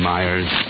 Myers